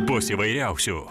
bus įvairiausių